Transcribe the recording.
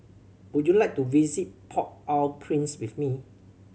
would you like to visit Port Au Prince with me